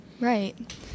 right